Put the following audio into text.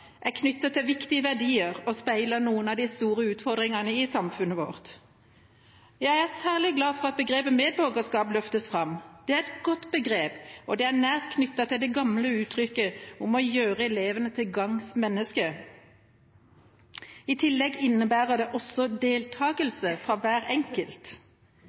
er knyttet til viktige verdier og speiler noen av de store utfordringene i samfunnet vårt. Jeg er særlig glad for at begrepet «medborgerskap» løftes fram. Det er et godt begrep, og det er nært knyttet til det gamle uttrykket å gjøre elevene til «gagns menneske». I tillegg innebærer det også deltakelse fra hver enkelt.